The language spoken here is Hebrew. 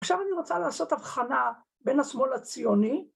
‫עכשיו אני רוצה לעשות הבחנה ‫בין השמאל הציוני